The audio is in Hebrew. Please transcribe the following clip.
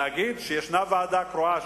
להגיד שיש ועדה קרואה,